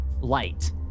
light